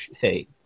hey